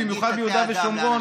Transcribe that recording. במיוחד ביהודה ושומרון,